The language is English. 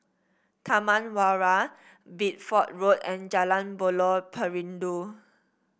Taman Warna Bideford Road and Jalan Buloh Perindu